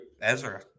Ezra